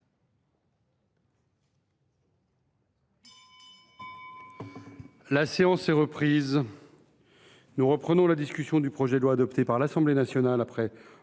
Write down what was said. La séance est reprise. Nous poursuivons la discussion du projet de loi, adopté par l’Assemblée nationale après